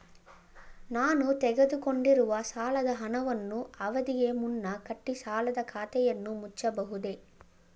ನಾನು ತೆಗೆದುಕೊಂಡಿರುವ ಸಾಲದ ಹಣವನ್ನು ಅವಧಿಗೆ ಮುನ್ನ ಕಟ್ಟಿ ಸಾಲದ ಖಾತೆಯನ್ನು ಮುಚ್ಚಬಹುದೇ?